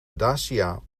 dacia